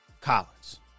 Collins